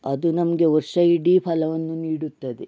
ಅದು ನಮಗೆ ವರ್ಷ ಇಡೀ ಫಲವನ್ನು ನೀಡುತ್ತದೆ